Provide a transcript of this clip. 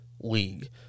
league